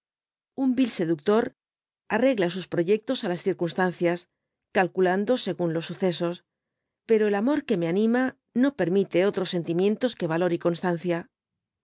un vil seductor arregla sus proyectos á las circunstancias calculando según los sucesos pero el amor que me ánima no permite otros sentimientos que alor y conataneia